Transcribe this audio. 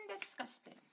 disgusting